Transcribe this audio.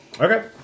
Okay